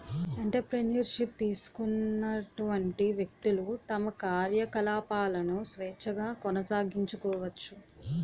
entrepreneur ship తీసుకున్నటువంటి వ్యక్తులు తమ కార్యకలాపాలను స్వేచ్ఛగా కొనసాగించుకోవచ్చు